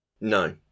No